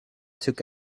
took